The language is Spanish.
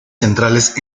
centrales